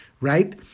right